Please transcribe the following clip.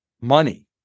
money